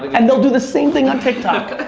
and they'll do the same thing on tiktok.